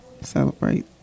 Celebrate